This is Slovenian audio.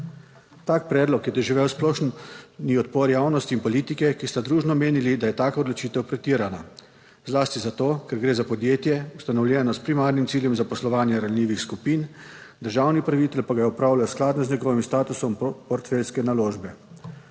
Tak predlog je doživel splošen odpor javnosti in politike, ki sta družno menili, da je taka odločitev pretirana. Zlasti zato, ker gre za podjetje, ustanovljeno s primarnim ciljem za poslovanje ranljivih skupin. Državni upravitelj pa ga opravlja skladno z njegovim statusom portfeljske naložbe.